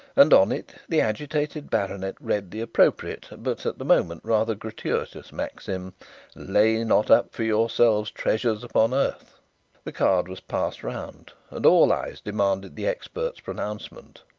and on it the agitated baronet read the appropriate but at the moment rather gratuitous maxim lay not up for yourselves treasures upon earth the card was passed round and all eyes demanded the expert's pronouncement.